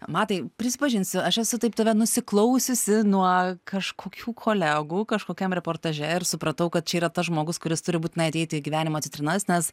matai prisipažinsiu aš esu taip tave nusiklausiusi nuo kažkokių kolegų kažkokiam reportaže ir supratau kad čia yra tas žmogus kuris turi būtinai ateiti į gyvenimo citrinas nes